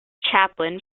chaplin